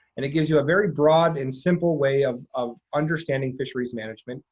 and it gives you a very broad and simple way of of understanding fisheries management,